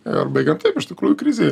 ar baigiant taip iš tikrųjų krizė